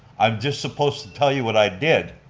i'm just supposed to tell you what i did.